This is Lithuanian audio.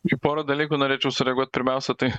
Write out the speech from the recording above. į porą dalykų norėčiau sureaguot pirmiausia tai